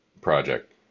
project